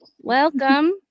welcome